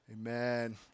Amen